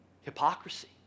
hypocrisy